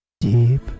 deep